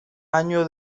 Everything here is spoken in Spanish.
año